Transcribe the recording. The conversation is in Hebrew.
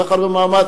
כל כך הרבה מאמץ.